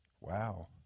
wow